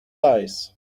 lies